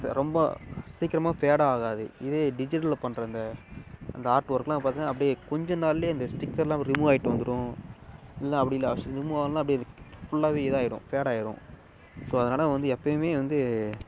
ரொம்ப சீக்கிரமா ஃபேடாகாது இதே டிஜிட்டலில் பண்ணுற அந்த அந்த ஆர்ட் ஒர்க்லாம் பார்த்திங்கனா அப்டியே கொஞ்சம் நாள்லேயே இந்த ஸ்டிக்கர்லாம் ரிமூவ் ஆகிட்டு வந்துடும் இல்லை அப்படி இல்லை ஆக்சுவலி ரிமூவ் ஆகலனா அப்டியே அந்த ஃபுல்லாக இதாக ஆகிடும் ஃபேடாகிடும் ஸோ அதனால் வந்து எப்பயுமே வந்து